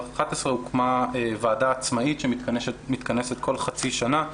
הוקמה ועדה עצמאית שמתכנסת כל חצי שנה,